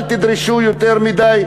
אל תדרשו יותר מדי,